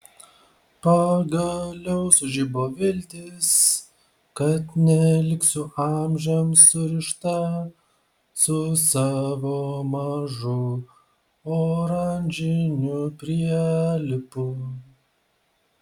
pagaliau sužibo viltis kad neliksiu amžiams surišta su savo mažu oranžiniu prielipu